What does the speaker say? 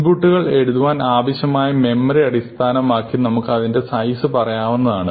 ഇൻപുട്ടുകൾ എഴുതുവാൻ ആവശ്യമായ മെമ്മറി അടിസ്ഥാനമാക്കി നമുക്ക് അതിന്റെ സൈസ് പറയാവുന്നതാണ്